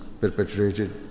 perpetrated